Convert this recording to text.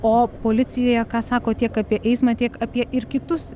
o policijoje ką sako tiek apie eismą tiek apie ir kitus